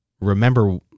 remember